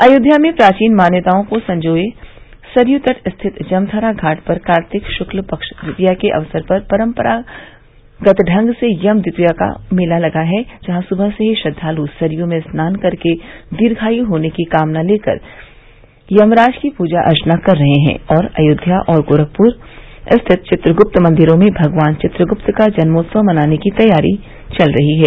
अयोध्या में प्राचीन मान्यताओं को संजोये सरयू तट स्थित जमथरा घाट पर कार्तिक शुक्ल पक्ष द्वितिया के अवसर पर परम्परागत ढंग से यम् द्वितिया का मेला लगा है जहाँ सुबह से ही श्रद्वालु सरयू में स्नान कर दीर्घायु होने की कामना लेकर यमराज की पूजा अर्चना कर रहे हैं और अयोध्या और गोरखपुर स्थिति चित्रगुप्त मंदिरों में भगवान चित्रगुप्त का जन्मोत्सव मनाने की तैयारी चल रही है